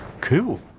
cool